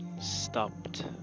stopped